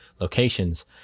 locations